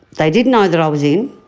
they did know that i was in.